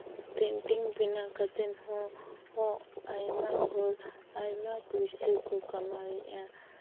painting ᱵᱮᱱᱟᱣ ᱠᱟᱛᱮᱫ ᱦᱚᱸ ᱟᱭᱢᱟ ᱦᱚᱲ ᱟᱭᱢᱟ ᱯᱩᱭᱥᱟᱹ ᱠᱚ ᱠᱟᱢᱟᱣᱮᱫᱼᱟ